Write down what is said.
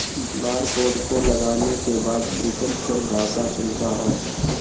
barcode को लगाने के बाद प्रीतम फिर भाषा चुनता है